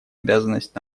обязанность